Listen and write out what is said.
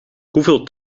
hoeveel